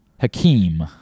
Hakeem